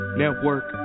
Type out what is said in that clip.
network